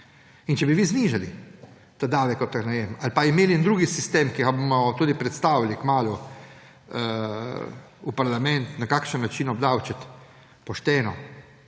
Če bi vi znižali ta davek od najema ali pa imeli en drug sistem, ki ga bomo tudi predstavili kmalu v parlamentu, na kakšen način obdavčiti,